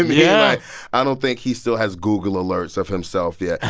yeah i don't think he still has google alerts of himself yet.